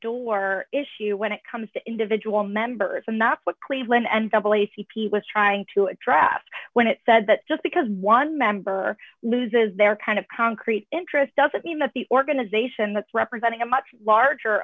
door issue when it comes to individual members and that's what cleveland and double a c p was trying to a draft when it said that just because one member loses their kind of concrete interest doesn't mean that the organization that's representing a much larger